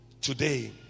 today